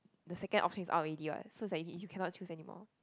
the second option is out already what so is like you you cannot choose anymore